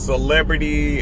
Celebrity